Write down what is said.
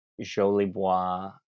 Jolibois